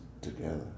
together